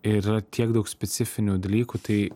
ir yra tiek daug specifinių dalykų tai